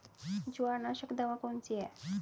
जवारनाशक दवा कौन सी है?